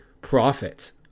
profit